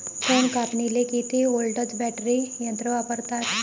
तन कापनीले किती व्होल्टचं बॅटरी यंत्र वापरतात?